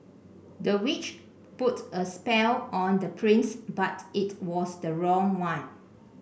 the witch put a spell on the prince but it was the wrong one